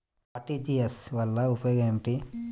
RTGS వలన ఉపయోగం ఏమిటీ?